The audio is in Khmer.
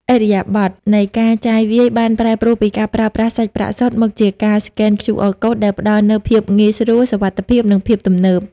ឥរិយាបថនៃការចាយវាយបានប្រែប្រួលពីការប្រើប្រាស់សាច់ប្រាក់សុទ្ធ មកជាការស្កែន QR Code ដែលផ្ដល់នូវភាពងាយស្រួល សុវត្ថិភាព និងភាពទំនើប។